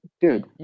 Dude